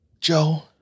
joe